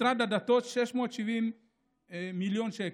משרד הדתות, 670 מיליון שקל,